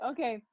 Okay